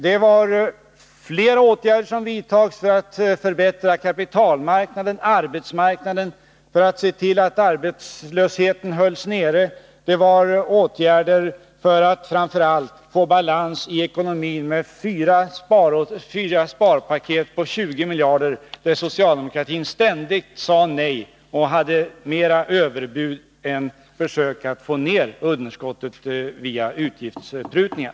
Det var flera åtgärder som vidtogs för att förbättra kapitalmarknaden och arbetsmarknaden för att se till att arbetslösheten hölls nere. Det var framför allt åtgärder för att få balans i ekonomin med fyra sparpaket på 20 miljarder, där socialdemokratin ständigt sade nej och hade mera överbud än försök att få ned underskottet via utgiftsprutningar.